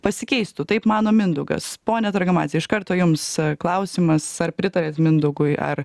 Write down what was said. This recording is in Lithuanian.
pasikeistų taip mano mindaugas ponia targamadze iš karto jums klausimas ar pritariat mindaugui ar